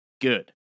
good